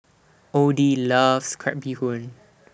Oddie loves Crab Bee Hoon